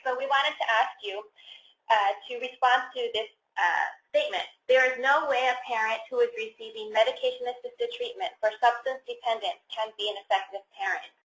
and we wanted to ask you and to respond to this statement there is no way a parent who is receiving medication-assisted treatment for substance dependence can be an effective parent.